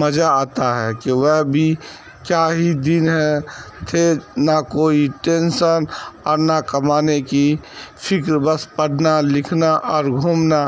مزہ آتا ہے کہ وہ بھی کیا ہی دن ہے تھے نہ کوئی ٹینسن اور نہ کمانے کی فکر بس پڑھنا لکھنا اور گھومنا